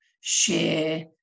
share